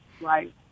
right